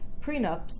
prenups